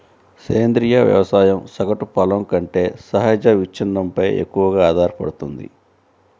సేంద్రీయ వ్యవసాయం సగటు పొలం కంటే సహజ విచ్ఛిన్నంపై ఎక్కువగా ఆధారపడుతుంది